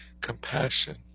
compassion